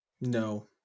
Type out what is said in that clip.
no